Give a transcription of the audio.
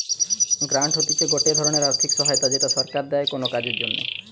grant হতিছে গটে ধরণের আর্থিক সহায়তা যেটা সরকার দেয় কোনো কাজের জন্যে